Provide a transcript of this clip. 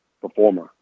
performer